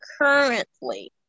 currently